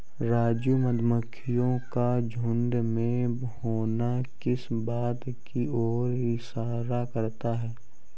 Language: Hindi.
राजू मधुमक्खियों का झुंड में होना किस बात की ओर इशारा करता है?